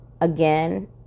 Again